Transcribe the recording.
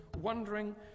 wondering